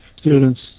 students